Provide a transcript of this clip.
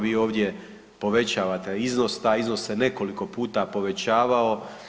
Vi ovdje povećavate iznos, taj iznos se nekoliko puta povećavao.